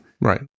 Right